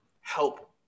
help